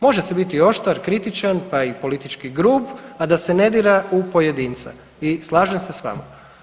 Može se biti oštar, kritičan pa i politički grub, a da se ne dira u pojedinca i slažem se s vama.